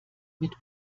mit